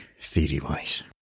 theory-wise